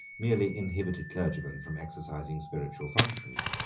merely inhibited clergymen from exercising spiritual functions.